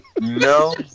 No